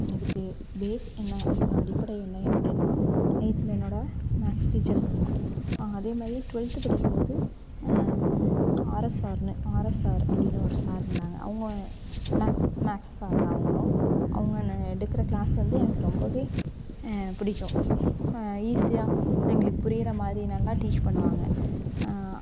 இதுக்கு பேஸ் என்ன அப்படின்னா அடிப்படை என்னை அப்படின்னா எயித்தில் என்னோடய மேக்ஸ் டீச்சர்ஸ் சொல்லலாம் அதேமாதிரியே ட்வெல்த்து படிக்கும்போது ஆர்எஸ் சார்னு ஆர்எஸ் சார் அப்படின்னு ஒரு சார் இருந்தாங்க அவங்க மேக்ஸ் மேக்ஸ் சார் தான் அவங்களும் அவங்க ந எடுக்கிற க்ளாஸ் வந்து எனக்கு ரொம்பவே பிடிக்கும் ஈஸியாக எங்களுக்கு புரிகிற மாதிரி நல்லா டீச் பண்ணுவாங்க